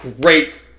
great